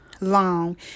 long